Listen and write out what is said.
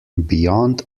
beyond